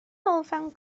ganolfan